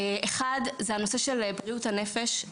אחד, זה הנושא של בריאות הנפש.